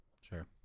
sure